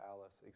Alice